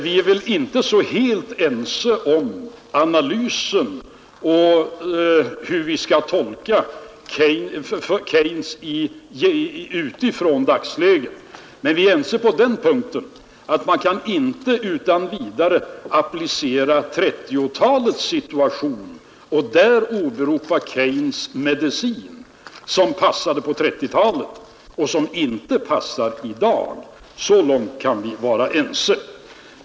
Vi är väl inte så helt ense om analysen och hur vi skall tolka Keynes i dagsläget, men vi är ense om att man inte utan vidare kan applicera 1930-talets situation och där åberopa Keynes” medicin, som passade på 1930-talet men som inte passar i dag. Så långt kan vi vara ense.